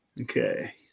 Okay